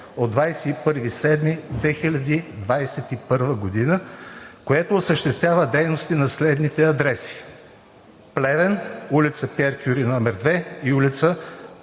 от 21.07.2021 г., което осъществява дейности на следните адреси: Плевен, ул. Пиер Кюри“ № 2 и улица